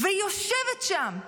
היא יושבת שם,